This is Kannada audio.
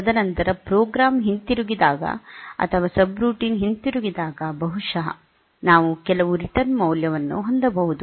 ತದನಂತರ ಪ್ರೋಗ್ರಾಂ ಹಿಂತಿರುಗಿದಾಗ ಅಥವಾ ಸಬ್ರುಟೀನ್ ಹಿಂದಿರುಗಿದಾಗ ಬಹುಶಃ ನಾವು ಕೆಲವು ರಿಟರ್ನ್ ಮೌಲ್ಯವನ್ನು ಹೊಂದಬಹುದು